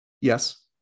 Yes